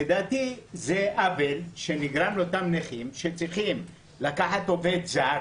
לדעתי זה עוול שנגרם לאותם נכים שצריכים לקחת עובד זר,